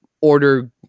order